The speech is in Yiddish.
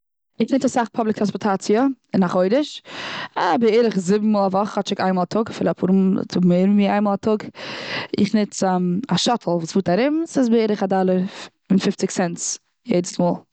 איך ניץ אסאך פובליק טראנספארטאציע און א חודש. א בערך זיבן מאל א וואך כאטשיג, איין מאל א טאג, אדער אפאר, מער ווי איינמאל א טאג. איך ניץ א שאטעל וואס פארט ארום. ס'איז בערך א דאלער מיט פופציג סענט יעדע מאל.